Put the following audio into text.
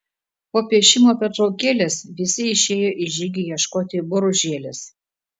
po piešimo pertraukėlės visi išėjo į žygį ieškoti boružėlės